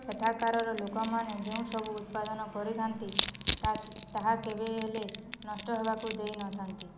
ସେଠାକାରର ଲୋକମାନେ ଯେଉଁ ସବୁ ଉତ୍ପାଦନ କରିଥାନ୍ତି ତାହା କେବେ ହେଲେ ନଷ୍ଟ ହେବାକୁ ଦେଇନଥାନ୍ତି